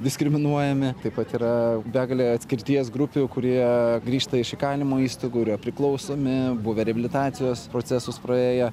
diskriminuojami taip pat yra begalė atskirties grupių kurie grįžta iš įkalinimo įstaigų yra priklausomi buvę reabilitacijos procesus praėję